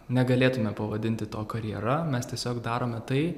negalėtume pavadinti to karjera mes tiesiog darome tai